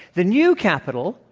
the new capital,